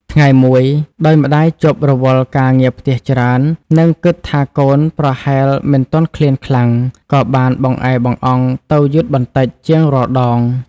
ថ្ងៃមួយ ដោយម្ដាយជាប់រវល់ការងារផ្ទះច្រើន និងគិតថាកូនប្រហែលមិនទាន់ឃ្លានខ្លាំង ក៏បានបង្អែបង្អង់ទៅយឺតបន្តិចជាងរាល់ដង។